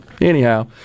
Anyhow